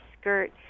skirt